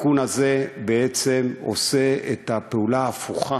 התיקון הזה בעצם עושה את הפעולה ההפוכה